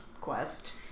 quest